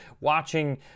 watching